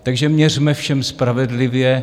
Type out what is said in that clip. Takže měřme všem spravedlivě.